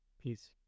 Peace